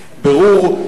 בירור.